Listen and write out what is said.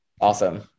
Awesome